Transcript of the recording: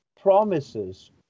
promises